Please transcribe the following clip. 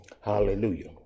Hallelujah